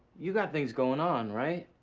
you got things going on, right?